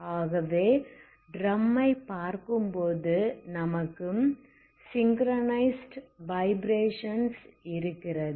ஆகவே ட்ரம் ஐ பார்க்கும்போது நமக்கு சிங்ரனைஸ்ட் வைப்ரேஷன்ஸ் இருக்கிறது